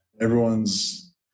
everyone's